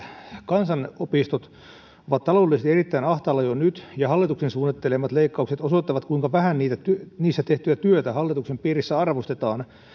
kansanopistot ovat taloudellisesti erittäin ahtaalla jo nyt ja hallituksen suunnittelemat leikkaukset osoittavat kuinka vähän niissä tehtyä työtä arvostetaan hallituksen piirissä